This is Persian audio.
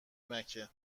مکه